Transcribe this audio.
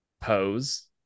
pose